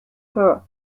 her